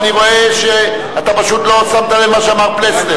אני רואה שאתה פשוט לא שמת לב למה שאמר פלסנר.